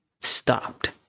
stopped